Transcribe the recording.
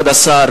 כבוד השר,